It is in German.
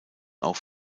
auch